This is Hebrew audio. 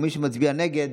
ומי שמצביע נגד